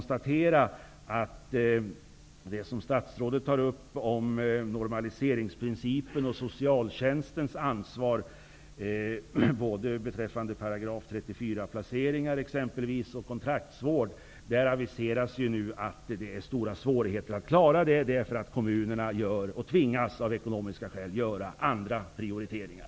Statsrådet talade i svaret om normaliseringsprincipen och socialtjänstens ansvar beträffande både § 34-placeringar och kontraktsvård. Det aviseras nu att det är svårt att klara den vården. Kommunerna tvingas av ekonomiska skäl att göra andra prioriteringar.